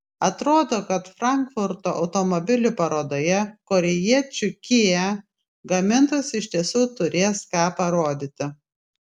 atrodo kad frankfurto automobilių parodoje korėjiečių kia gamintojas iš tiesų turės ką parodyti